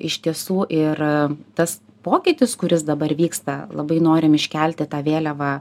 iš tiesų ir tas pokytis kuris dabar vyksta labai norim iškelti tą vėliavą